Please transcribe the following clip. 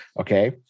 Okay